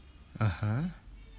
(uh huh)